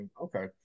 okay